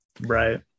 right